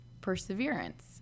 perseverance